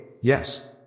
Yes